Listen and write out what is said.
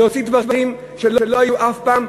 להוציא דברים שלא היו אף פעם.